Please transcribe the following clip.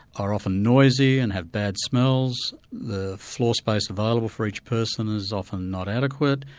are often noisy and have bad smells, the floor-space available for each person is often not adequate,